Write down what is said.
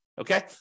okay